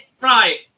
Right